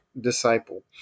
Disciple